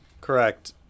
Correct